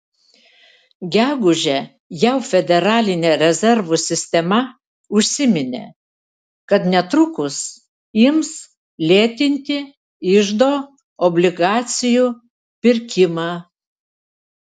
gegužę jav federalinė rezervų sistema užsiminė kad netrukus ims lėtinti iždo obligacijų pirkimą